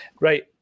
Right